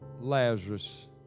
Lazarus